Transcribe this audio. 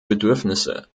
bedürfnisse